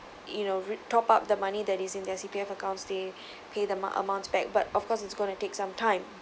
you know re~ top up the money that is in their C_P_F accounts they pay the ma~ amounts back but of course it's going to take some time